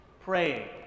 Praying